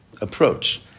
approach